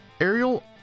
Ariel